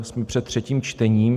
Jsme před třetím čtením.